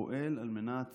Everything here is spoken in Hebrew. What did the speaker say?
פועל על מנת